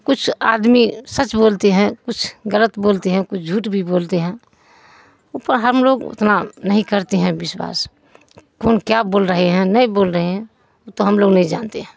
کچھ آدمی سچ بولتے ہیں کچھ غلط بولتے ہیں کچھ جھوٹ بھی بولتے ہیں ان پر ہم لوگ اتنا نہیں کرتے ہیں وشواس کون کیا بول رہے ہیں نہیں بول رہے ہیں وہ تو ہم لوگ نہیں جانتے ہیں